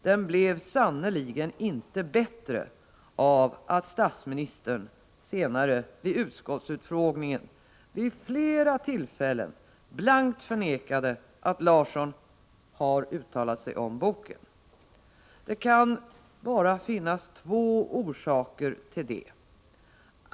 Den blev inte bättre av att statsministern sedan vid utskottsutfrågningen vid flera tillfällen blankt förnekade att Larsson uttalat sig om boken. Det kan bara finnas två orsaker till det.